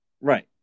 Right